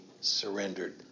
surrendered